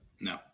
No